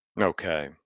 Okay